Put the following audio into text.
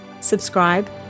subscribe